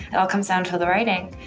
it all comes down to the writing,